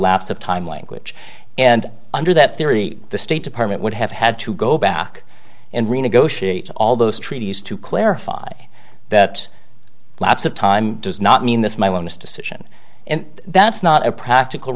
of time language and under that theory the state department would have had to go back and renegotiate all those treaties to clarify that lapse of time does not mean this my last decision and that's not a practical